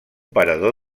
parador